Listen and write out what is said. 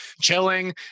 chilling